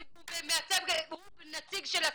עד שיש מישהו נציג,